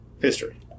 History